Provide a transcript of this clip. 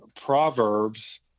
Proverbs